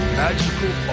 magical